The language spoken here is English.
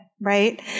right